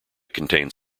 contained